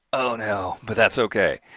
oh, no! but that's okay.